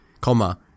comma